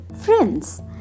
Friends